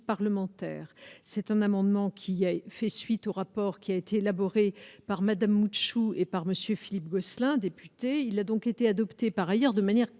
c'est un amendement qui a fait suite au rapport qui a été élaboré par Madame Moutchou et par monsieur Philippe Gosselin, député, il a donc été adopté par ailleurs de manière